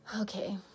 Okay